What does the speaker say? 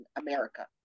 America